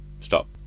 Stop